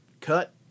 Cut